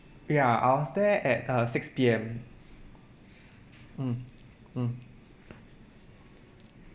ya I was there at uh six P_M mm mm